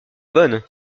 bonne